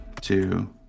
two